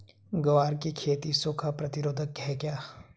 ग्वार की खेती सूखा प्रतीरोधक है क्या?